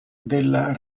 della